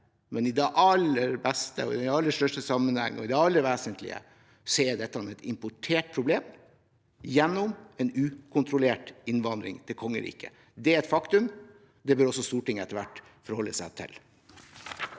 som motbeviser det, men i de aller fleste sammenhenger og i det alt vesentlige er dette et importert problem, gjennom en ukontrollert innvandring til kongeriket. Det er et faktum, og det bør også Stortinget etter hvert forholde seg til.